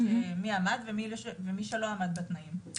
מי עמד בתנאים ומי שלא עמד בתנאים,